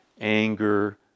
anger